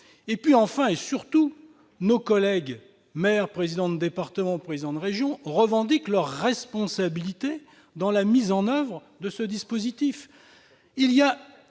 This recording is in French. Enfin et surtout, les élus, maires, présidents de département, présidents de région, revendiquent leur responsabilité dans la mise en oeuvre du dispositif.